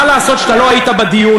מה לעשות שאתה לא היית בדיון?